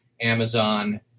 Amazon